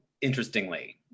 interestingly